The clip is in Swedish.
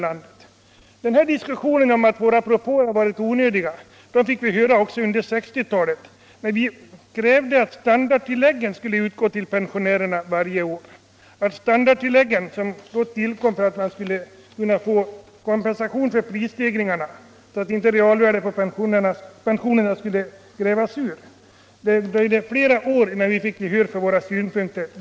Sådana här påståenden om att våra propåer är onödiga fick vi höra även under 1960-talet när vi krävde att standardtillägg varje år skulle utgå till pensionärer för att ge kompensation för prisstegringarna och motverka att pensionernas realvärde minskades. Det dröjde flera år innan vi vann gehör för dessa synpunkter.